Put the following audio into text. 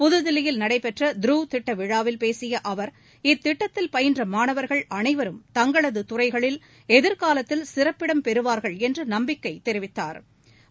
புது தில்லியில் நடைபெற்றத்ருவ் திட்டவிழாவில் பேசியஅவர் இத்திட்டத்தில் பயின்றமாணவர்கள் அனைவரும் தங்களதுதுறைகளில் எதிர்காலத்தில் சிறப்பிடம் பெறுவார்கள் என்றுநம்பிக்கைதெரிவித்தாா்